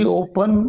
open